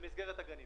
במסגרת הגנים.